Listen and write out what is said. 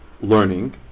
learning